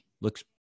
looks